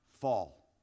fall